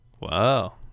Wow